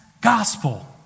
gospel